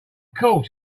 course